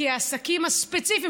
כי העסקים הספציפיים,